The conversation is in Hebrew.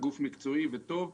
גוף מקצועי וטוב.